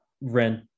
Rent